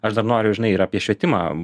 aš dar noriu žinai ir apie švietimą